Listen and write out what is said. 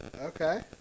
Okay